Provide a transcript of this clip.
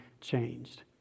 changed